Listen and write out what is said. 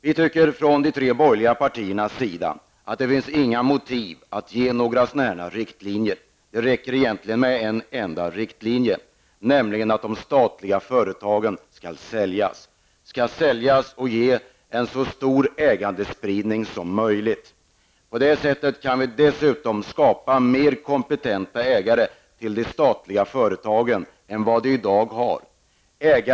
Vi i de tre borgerliga partierna tycker inte att det finns några motiv för att ge sådana riktlinjer. Det räcker egentligen med en enda riktlinje, nämligen att de statliga företagen skall säljas och ge en så stor ägandespridning som möjligt. På det sättet kan vi dessutom få mer kompetenta ägare till de statliga företagen än vad dessa i dag har.